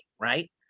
right